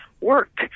work